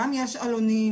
גם יש עלונים,